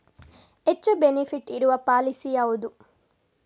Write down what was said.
ಹೆಚ್ಚು ಬೆನಿಫಿಟ್ ಇರುವ ಪಾಲಿಸಿ ಯಾವುದು?